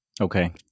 Okay